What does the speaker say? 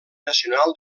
nacional